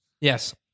Yes